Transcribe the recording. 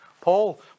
Paul